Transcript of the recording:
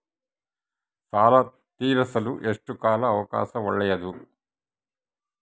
ಸಾಲ ತೇರಿಸಲು ಎಷ್ಟು ಕಾಲ ಅವಕಾಶ ಒಳ್ಳೆಯದು?